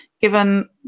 Given